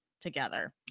together